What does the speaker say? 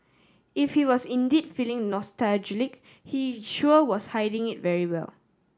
if he was indeed feeling nostalgic he sure was hiding it very well